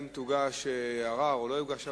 אם יוגש ערר או לא יוגש ערר,